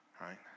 right